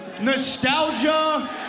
nostalgia